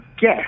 guess